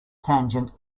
tangent